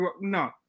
no